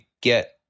get